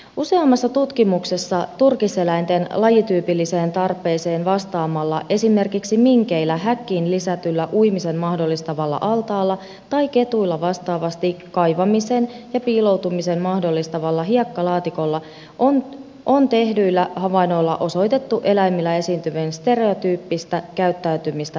useammassa tutkimuksessa turkiseläinten lajityypilliseen tarpeeseen vastaamalla esimerkiksi minkeillä häkkiin lisätyllä uimisen mahdollistavalla altaalla tai ketuilla vastaavasti kaivamisen ja piiloutumisen mahdollistavalla hiekkalaatikolla on tehdyillä havainnoilla osoitettu eläimillä esiintyvää stereotyyppistä käyttäytymistä vähentävä vaikutus